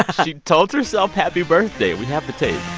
she told herself happy birthday. we have the tape